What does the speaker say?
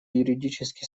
юридически